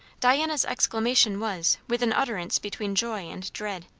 diana's exclamation was, with an utterance between joy and dread.